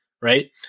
right